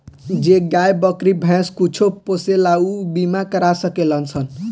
जे गाय, बकरी, भैंस कुछो पोसेला ऊ इ बीमा करा सकेलन सन